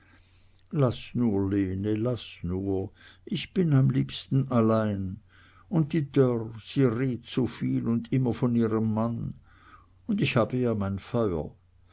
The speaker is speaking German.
laß nur ich bin am liebsten allein und die dörr sie redt so viel und immer von ihrem mann und ich habe ja mein feuer